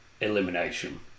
elimination